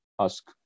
ask